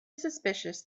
suspicious